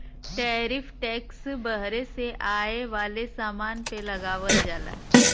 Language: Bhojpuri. टैरिफ टैक्स बहरे से आये वाले समान पे लगावल जाला